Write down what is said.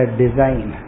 design